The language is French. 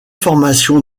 formation